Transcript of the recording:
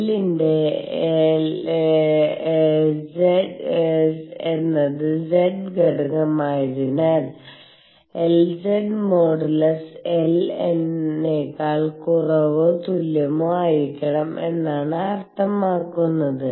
L ന്റെ ലസ് എന്നത് z ഘടകം ആയതിനാൽ Lz മോഡുലസ് L നേക്കാൾ കുറവോ തുല്യമോ ആയിരിക്കണം എന്നാണ് അർത്ഥമാക്കുന്നത്